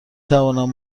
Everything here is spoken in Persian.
توانم